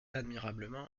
admirablement